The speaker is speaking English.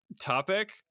topic